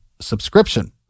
subscription